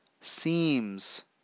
seems